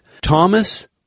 Thomas